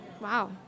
Wow